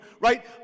right